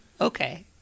Okay